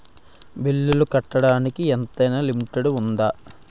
బిల్లులు కట్టడానికి ఎంతైనా లిమిట్ఉందా?